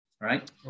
right